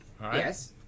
Yes